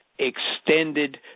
extended